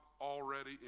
already